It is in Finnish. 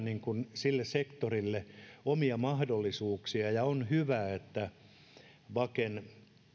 meidän pitäisi luoda sille sektorille omia mahdollisuuksia ja on hyvä että vaken